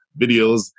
videos